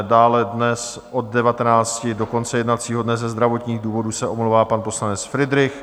Dále dnes od 19 hodin do konce jednacího dne ze zdravotních důvodů se omlouvá pan poslanec Fridrich.